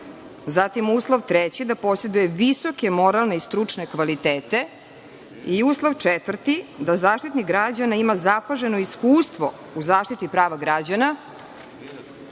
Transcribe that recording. Zatim, uslov treći da poseduje visoke moralne i stručne kvalitete. Uslov četvrti, da Zaštitnik građana ima zapaženog iskustvo u zaštiti prava građana.